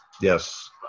Yes